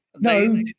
No